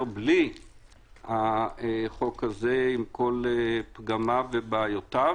בלי החוק הזה עם כל פגמיו ובעיותיו.